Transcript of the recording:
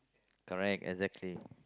correct exactly